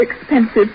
expensive